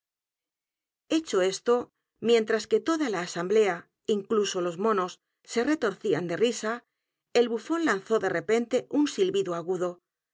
hecho esto mientras que toda la asamblea inclusos los monos se retorcían de risa el bufón lanzó de repente un silbido agudo